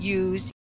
use